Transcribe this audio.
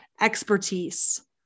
expertise